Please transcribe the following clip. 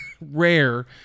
rare